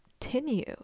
continue